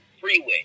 freeway